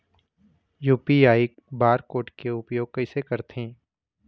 UPI bar code के उपयोग कैसे करथें?